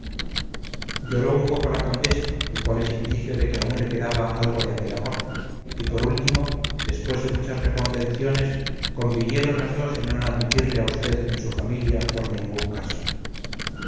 lloró un poco la condesa lo cual es indicio de que aún le queda algo de aquel amor y por último después de muchas reconvenciones convinieron las dos en no admitirle a vd en su familia por ningún caso